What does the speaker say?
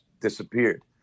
disappeared